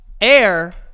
Air